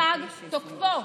פג תוקפו.